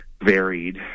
varied